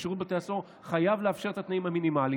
ושירות בתי הסוהר חייב לאפשר את התנאים המינימליים.